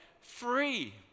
free